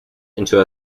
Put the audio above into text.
into